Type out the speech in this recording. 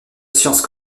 science